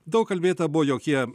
daug kalbėta buvo jog jie